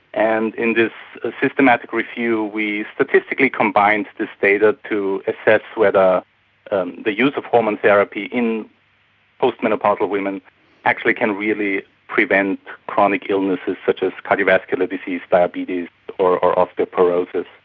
and in this ah systematic review we statistically combined this data to assess whether the use of hormone therapy in postmenopausal women actually can really prevent chronic illnesses such as cardiovascular disease, diabetes or or osteoporosis.